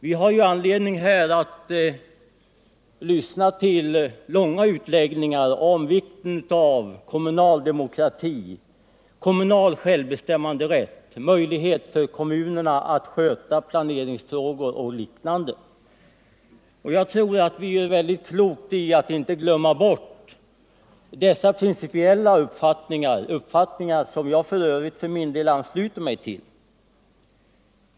Vi har ju här anledning att lyssna till långa utläggningar om vikten av kommunal demokrati, kommunal självbestämmanderätt, möjlighet för kommunerna att sköta planeringsfrågor och liknande. Jag tror att vi gör mycket klokt i att inte glömma dessa principiella uppfattningar, som jag för övrigt för min del ansluter mig till.